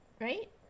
Right